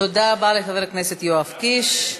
תודה רבה לחבר הכנסת יואב קיש.